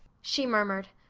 she murmured,